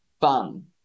fun